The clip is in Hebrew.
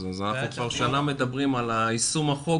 אז אנחנו כבר שנה מדברים על יישום החוק